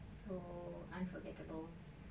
so unforgettable